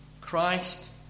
Christ